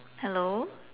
hello